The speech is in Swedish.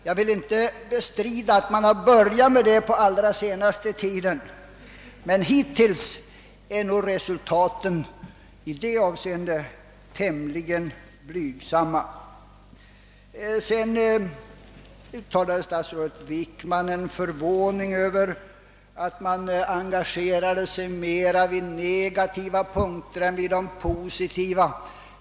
Jag vill inte bestrida att man har börjat med det den allra senaste tiden, men hittills är nog resultaten i det avseendet tämligen blygsamma. Sedan uttryckte statsrådet Wickman förvåning över att oppositionen engagerade sig mera vid negativa punkter än vid de positiva.